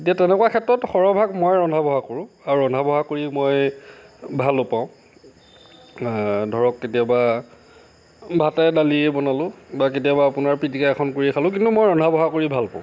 তেতিয়া তেনেকুৱা ক্ষেত্ৰত সৰহভাগ ময়ে ৰন্ধা বঢ়া কৰোঁ আৰু ৰন্ধা বঢ়া কৰি মই ভালো পাওঁ ধৰক কেতিয়াবা ভাতে দালিয়ে বনালোঁ বা কেতিয়াবা আপোনাৰ পিটিকা এখন কৰিয়েই খালোঁ কিন্তু মই ৰন্ধা বঢ়া কৰি ভাল পাওঁ